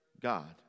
God